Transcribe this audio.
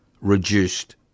reduced